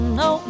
no